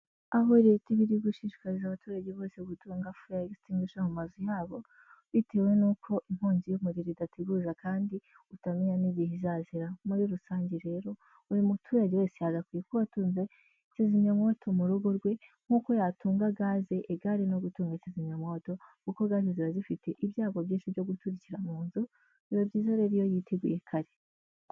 Aho Leta iba iri gushishikariza abaturage bose gutunga faya egisitingwisha mu mazu yabo, bitewe n'uko inkongi y'umuriro idateguza kandi utamenya n'igihe izazira. Muri rusange rero, buri muturage wese yagakwiye kuba atunze kizimyamwoto mu rugo rwe, nkuko'uko yatunga gaze egare no gutunga kizimyamwoto kuko gaze ziba zifite ibyago byinshi byo guturikira mu nzu. Biba byiza rero iyo yiteguye kare.